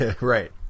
Right